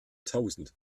tausend